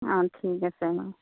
অঁ ঠিক আছে